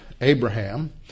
Abraham